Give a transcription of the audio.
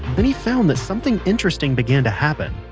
then he found that something interesting began to happen.